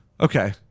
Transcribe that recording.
Okay